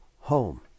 home